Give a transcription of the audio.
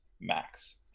max